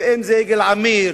אם זה יגאל עמיר,